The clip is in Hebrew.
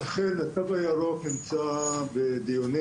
אכן התו הירוק נמצא בדיונים,